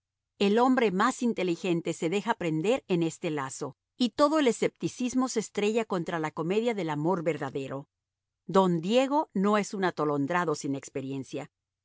el hombre más inteligente se deja prender en este lazo y todo el escepticismo se estrella contra la comedia del amor verdadero don diego no es un atolondrado sin experiencia